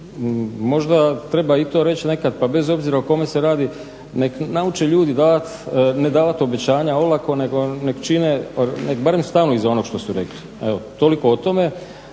Možda treba i to reći nekad pa bez obzira o kome se radi, neka nauče ljudi ne davati obećanja olako nego neka čine neka barem stanu iza onog što su rekli. evo toliko o tome.